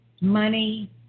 money